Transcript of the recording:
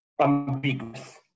ambiguous